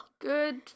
Good